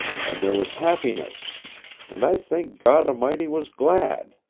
and there was happiness and i think god a'mighty was glad.